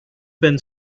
been